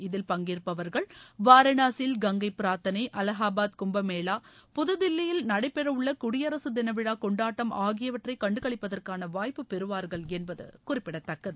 இதில் பங்கேற்பவர்கள் வாரணாசியில் கங்கை பிரார்த்தனை அலகாபாத் கும்பமேளா புதுதில்லியில் நடைபெறவுள்ள குடியரசு தின விழா கொண்டாட்டம் ஆகியவற்றை கண்டுகளிப்பதற்கான வாய்ப்பு பெறுவார்கள் என்பது குறிப்பிடத்தக்கது